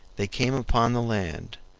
they came upon the land,